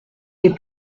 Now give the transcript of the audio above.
les